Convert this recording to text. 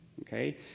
Okay